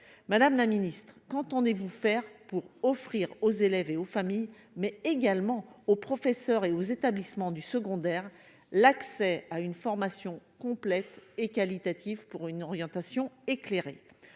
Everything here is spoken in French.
Madame la ministre, qu'entendez-vous faire pour offrir aux élèves et aux familles, mais également aux professeurs et aux établissements du secondaire, l'accès à une information complète et qualitative pour une orientation éclairée ?